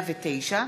מיכאלי,